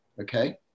Okay